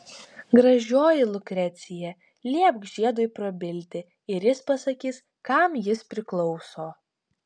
gražioji lukrecija liepk žiedui prabilti ir jis pasakys kam jis priklauso